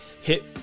hit